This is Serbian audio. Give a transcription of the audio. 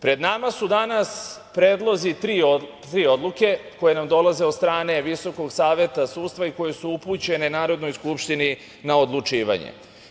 Pred nama su danas predlozi tri odluke koje nam dolaze od strane VSS i koje su upućene Narodnoj skupštini na odlučivanje.